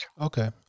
Okay